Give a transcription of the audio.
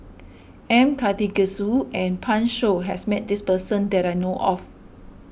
M Karthigesu and Pan Shou has met this person that I know of